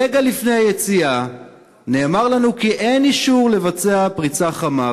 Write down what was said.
רגע לפני היציאה נאמר לנו כי אין אישור לבצע "פריצה חמה",